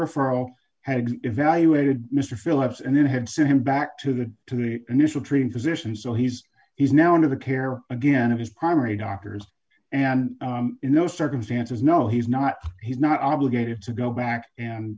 referral had evaluated mr phillips and then had sent him back to the to the initial treating physician so he's he's now under the care again of his primary doctors and in those circumstances no he's not he's not obligated to go back and